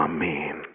Amen